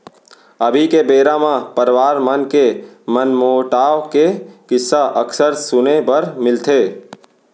अभी के बेरा म परवार मन के मनमोटाव के किस्सा अक्सर सुने बर मिलथे